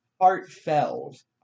heartfelt